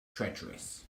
treacherous